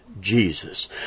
Jesus